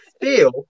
feel